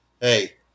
Hey